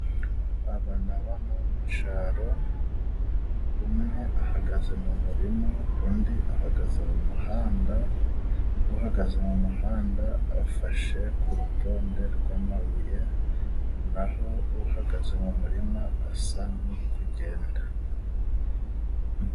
Aba ni abana bo mucyaro umwe ahagaze mu murima undi ahagaze mu muhanda, uhagaze mu muhanda afashe ku rutonde rw'amabuye, naho uhagaze mu murima asa nuri kugenda.